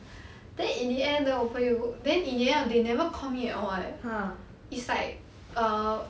then in the then in end they never call me at all [one] leh like err